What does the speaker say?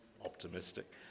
optimistic